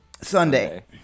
Sunday